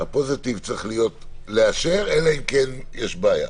שהפוזיטיב צריך להיות לאשר, אלא אם כן יש בעיה.